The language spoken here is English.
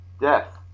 death